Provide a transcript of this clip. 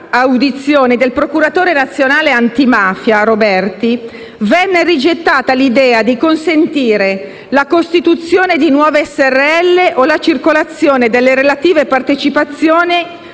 audizione del procuratore nazionale antimafia, Roberti, venne rigettata l'idea di consentire la costituzione di nuove Srl o la circolazione delle relative partecipazioni